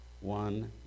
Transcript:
one